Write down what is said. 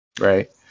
Right